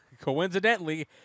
coincidentally